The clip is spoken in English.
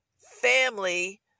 family